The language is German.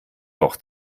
doch